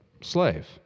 slave